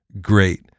great